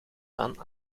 van